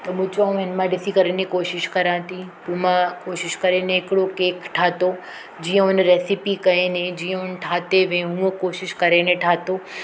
त मूं चयो हिन मां ॾिसी करे हिनजी कोशिशि कयां थी पोइ मां कोशिशि करे हिन हिकिड़ो केक ठाहियो जीअं हुन रेसिपी कई जीअं हुन ठाहे वियूं हुअं कोशिशि करे हिन ठाहियो